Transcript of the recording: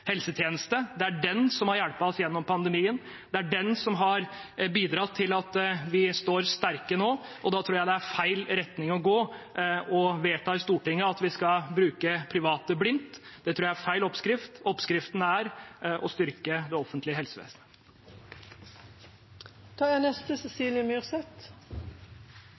helsetjeneste. Det er den som har hjulpet oss gjennom pandemien, det er den som har bidratt til at vi står sterke nå. Da tror jeg det er feil retning å gå å vedta i Stortinget at vi skal bruke private blindt. Det tror jeg er feil oppskrift. Oppskriften er å styrke det offentlige